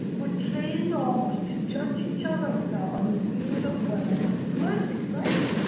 we're trained almost to judge each other like that, on the way that women look, right?